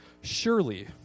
Surely